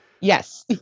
Yes